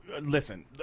Listen